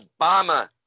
Obama